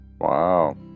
Wow